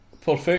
perfect